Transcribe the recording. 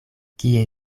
kie